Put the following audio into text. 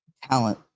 talent